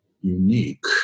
unique